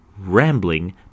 rambling